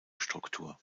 struktur